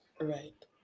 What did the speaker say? Right